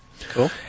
Cool